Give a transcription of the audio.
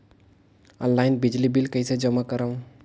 Online बिजली bill कइसे जमा करव?